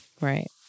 Right